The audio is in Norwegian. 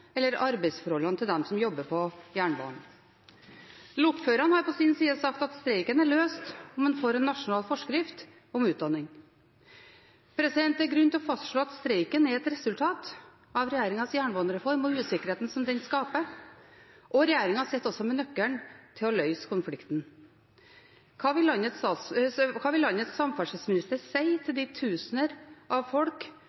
eller om arbeidsforholdene til dem som jobber på jernbanen. Lokførerne har på sin side sagt at streiken er løst om en får en nasjonal forskrift om utdanning. Det er grunn til å fastslå at streiken er et resultat av regjeringens jernbanereform og av usikkerheten som den skaper. Regjeringen sitter også med nøkkelen til å løse konflikten. Hva vil landets samferdselsminister si til